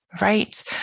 right